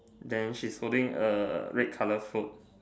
then she's holding a red color float